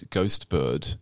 Ghostbird